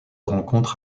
rencontre